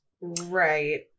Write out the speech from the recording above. Right